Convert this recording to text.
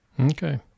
Okay